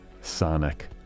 Sonic